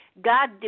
God